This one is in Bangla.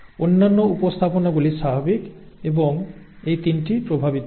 অন্যান্য উপস্থাপনাগুলি স্বাভাবিক এবং এই 3 টি প্রভাবিত হয়